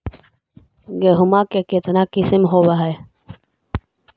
गेहूमा के कितना किसम होबै है?